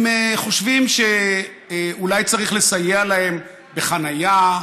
הם חושבים שאולי צריך לסייע להם בחניה,